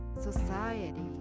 society